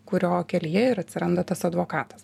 kurio kelyje ir atsiranda tas advokatas